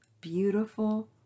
beautiful